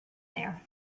there